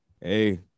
Hey